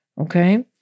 okay